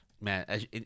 man